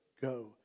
go